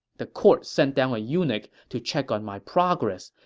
the court sent down a eunuch to check on my progress,